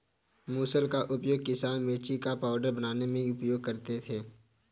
मुसल का उपयोग किसान मिर्ची का पाउडर बनाने में उपयोग करते थे